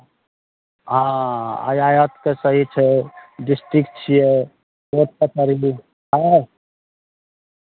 हँ यातायात तऽ सही छै डिस्ट्रिक्ट छियै कोर्ट कचहरी भी